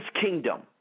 kingdom